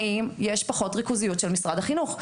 האם יש פחות ריכוזיות של משרד החינוך?